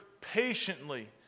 patiently